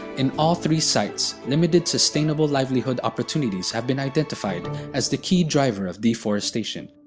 in all three sites, limited sustainable livelihood opportunities have been identified as the key driver of deforestation.